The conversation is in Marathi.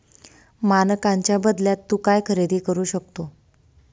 मानकांच्या बदल्यात तू काय खरेदी करू शकतो?